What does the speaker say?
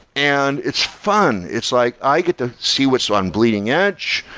and it's fun. it's like i get to see what's on bleeding edge.